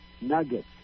nuggets